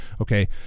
okay